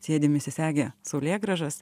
sėdim įsisegę saulėgrąžas